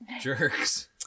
jerks